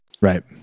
Right